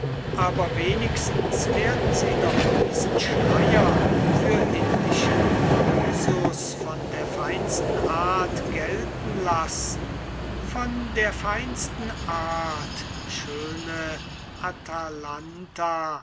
aber wenigstens werden sie doch diesen schleier für indianischen byssus von der feinsten art gelten lassen von der feinsten art schöne